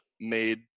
made